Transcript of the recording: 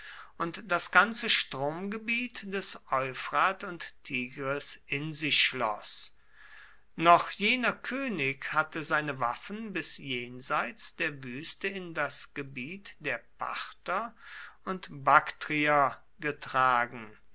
und das ganze stromgebiet des euphrat und tigris in sich schloß noch jener könig hatte seine waffen bis jenseits der wüste in das gebiet der parther und baktrier getragen